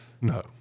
No